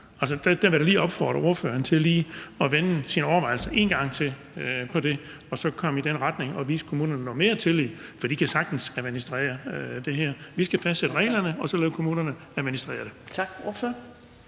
Der vil jeg lige opfordre ordføreren til lige at vende sine overvejelser om det en gang til og så begynde at vise kommunerne lidt mere tillid, for de kan sagtens administrere det her. Vi skal fastsætte reglerne og så lade kommunerne administrere det.